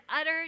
utter